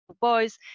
boys